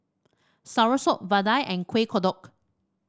soursop vadai and Kuih Kodok